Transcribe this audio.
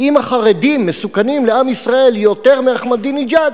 אם החרדים מסוכנים לעם ישראל יותר מאחמדינג'אד,